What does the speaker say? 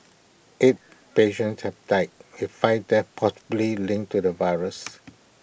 eight patients have died with five deaths possibly linked to the virus